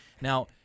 Now